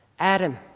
Adam